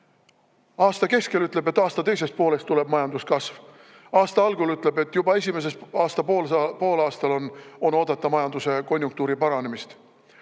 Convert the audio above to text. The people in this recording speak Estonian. Aasta keskel ütleb, et aasta teises pooles tuleb majanduskasv, aasta algul ütleb, et juba esimesel poolaastal on oodata majanduse konjunktuuri paranemist.